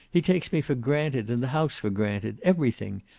he takes me for granted, and the house for granted. everything.